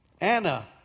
Anna